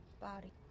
body